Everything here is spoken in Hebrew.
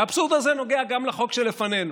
והאבסורד הזה נוגע גם לחוק שלפנינו.